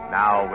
now